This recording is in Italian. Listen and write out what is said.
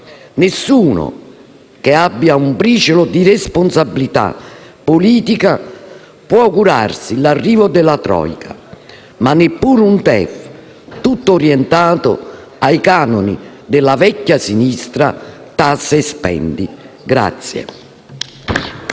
Nessuno che abbia un briciolo di responsabilità politica può augurarsi l'arrivo della *trojka*, ma neppure un DEF tutto orientato ai canoni della vecchia sinistra "tassa e spendi".